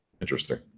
Interesting